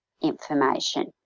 information